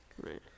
Right